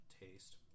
taste